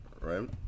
right